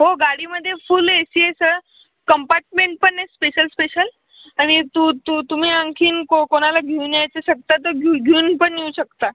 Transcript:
हो गाडीमध्ये full A C आहे सर कंपार्टमेंट पण आहे स्पेशल स्पेशल आणि तू तू तुम्ही आणखी को कोणाला घेऊन यायचे शकता तर घेऊ घेऊन पण येऊ शकता